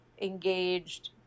engaged